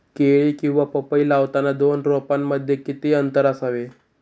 केळी किंवा पपई लावताना दोन रोपांमध्ये किती अंतर असावे?